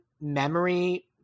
memory